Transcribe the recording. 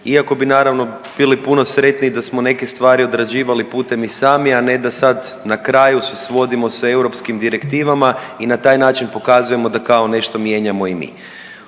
iako bi naravno bili puno sretniji da smo neke stvari odrađivali putem i sami, a ne da sad na kraju se svodimo sa europskim direktivama i na taj način pokazujemo da kao nešto mijenjamo i mi.